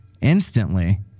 Instantly